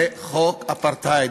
זה חוק אפרטהייד.